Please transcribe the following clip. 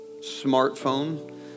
smartphone